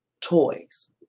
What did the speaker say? toys